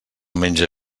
menja